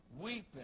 weeping